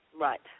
Right